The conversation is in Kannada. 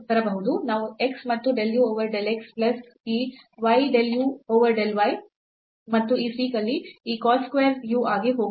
ನಾವು x ಮತ್ತು del u over del x plus ಈ y del u over del y ಮತ್ತು ಈ sec u ಅಲ್ಲಿ a cos square u ಆಗಿ ಹೋಗುತ್ತದೆ